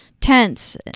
tents